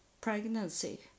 pregnancy